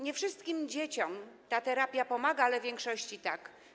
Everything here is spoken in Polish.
Nie wszystkim dzieciom ta terapia pomaga, ale większości tak.